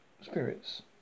spirits